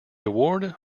award